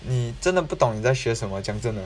你真的不懂你在学什么讲真的